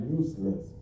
useless